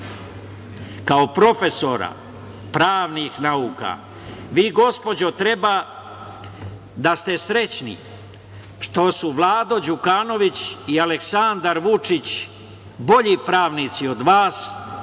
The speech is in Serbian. kao profesora pravnih nauka. Vi gospođo treba da ste srećni što su Vlado Đukanović i Aleksandar Vučić bolji pravnici od vas,